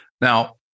Now